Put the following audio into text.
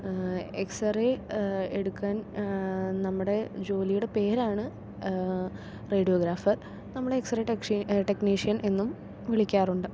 x ray എടുക്കാൻ നമ്മുടെ ജോലിയുടെ പേരാണ് റേഡിയോഗ്രാഫർ നമ്മൾ എക്സറേ ടെക്നിഷ്യൻ എന്നും വിളിക്കാറുണ്ട്